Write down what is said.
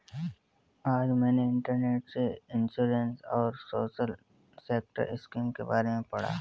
आज मैंने इंटरनेट से इंश्योरेंस और सोशल सेक्टर स्किम के बारे में पढ़ा